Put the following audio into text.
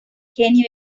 genio